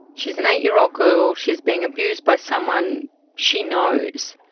she is an eight-year-old girl, she is being abused by someone she knows.